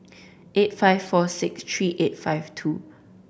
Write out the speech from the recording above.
eight five four six three eight five two